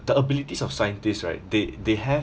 the abilities of scientist right they they have